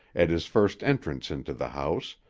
at his first entrance into the house,